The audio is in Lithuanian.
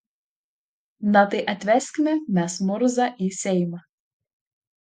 na tai atveskime mes murzą į seimą